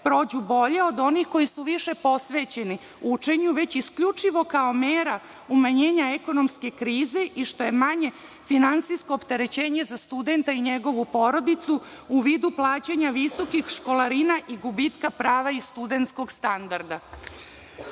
prođu bolje od onih koji su više posvećeni učenju, već isključivo kao mera umanjenja ekonomske krize i što je manje finansijsko opterećenje za studenta i njegovu porodicu u vidu plaćanja visokih školarina i gubitka i prava studenskog standarda. Naročito